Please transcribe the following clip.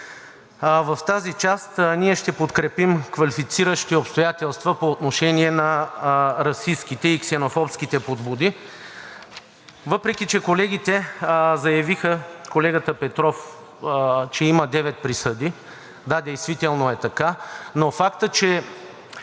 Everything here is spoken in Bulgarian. В тази част ние ще подкрепим квалифициращи обстоятелства по отношение на расистките и ксенофобските подбуди. Въпреки че колегите заявиха – колегата Петров, че има девет присъди – да, действително е така, но фактът, че